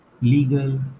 legal